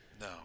No